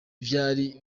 vyari